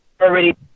already